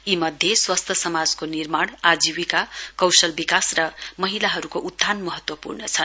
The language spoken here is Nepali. यी मध्ये स्वस्थ समाजको निर्माण आजीविका कौशल विकास र महिलाहरूको उत्थान महत्वपूर्ण छन्